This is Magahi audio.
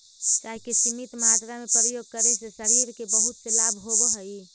चाय के सीमित मात्रा में प्रयोग करे से शरीर के बहुत से लाभ होवऽ हइ